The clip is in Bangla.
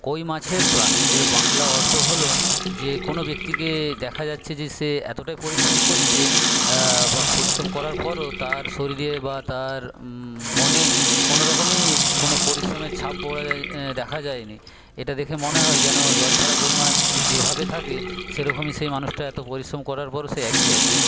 কইমাছের প্রাণ এর বাংলা অর্থ হল যে কোনো ব্যক্তিকে দেখা যাচ্ছে যে সে এতটাই পরিশ্রম করছে বা পরিশ্রম করার পরও তার শরীরে বা তার মনে কোনোরকমই কোনো পরিশ্রমের ছাপ দেখা যায়নি এটা দেখে মনে হয় যেন জল ছাড়া কইমাছ যে যেভাবে থাকে সেরকমই সেই মানুষটা এত পরিশ্রম করার পরও সেই একই আছে